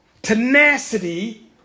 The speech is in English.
Tenacity